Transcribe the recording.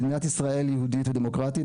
מדינת ישראל היא יהודית ודמוקרטית,